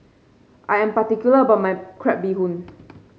I am particular about my Crab Bee Hoon